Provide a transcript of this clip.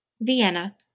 Vienna